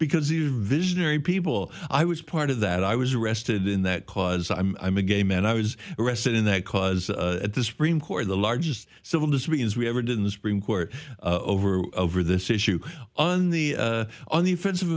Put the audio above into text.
because it is visionary people i was part of that i was arrested in that cause i'm i'm a gay man i was arrested in that cause at the supreme court the largest civil disobedience we ever did in the supreme court over over this issue on the on the offensive